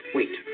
Wait